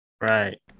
Right